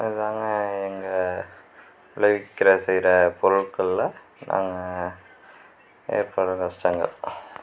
இதாங்க எங்கள் விளைவிக்கிற செய்கிற பொருட்கள்ல நாங்கள் ஏற்படுகிற நஷ்டங்கள்